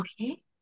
Okay